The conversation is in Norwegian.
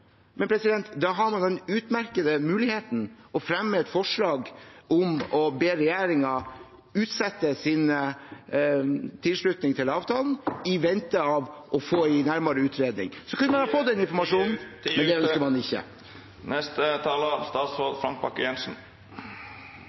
utmerkede muligheten å fremme et forslag om å be regjeringen utsette sin tilslutning til avtalen i påvente av å få en nærmere utredning. Så kunne man ha fått den informasjonen – men det ønsker man ikke.